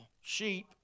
sheep